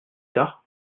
tard